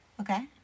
Okay